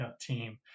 team